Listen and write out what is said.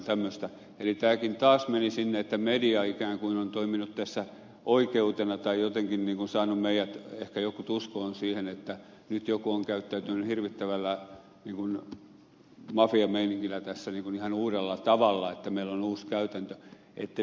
eli tämäkin meni taas siihen että media on ikään kuin toiminut tässä oikeutena tai jotenkin saanut meidät jotkut ehkä uskomaan siihen että nyt joku on käyttäytynyt hirvittävällä mafiameiningillä tässä ihan uudella tavalla että meillä on uusi käytäntö